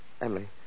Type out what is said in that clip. Emily